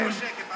זה "שבי בשקט"?